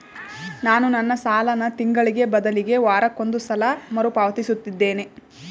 ನಾನು ನನ್ನ ಸಾಲನ ತಿಂಗಳಿಗೆ ಬದಲಿಗೆ ವಾರಕ್ಕೊಂದು ಸಲ ಮರುಪಾವತಿಸುತ್ತಿದ್ದೇನೆ